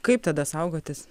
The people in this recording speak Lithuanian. kaip tada saugotis